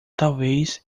talvez